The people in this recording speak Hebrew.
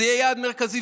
זה יהיה יעד מרכזי,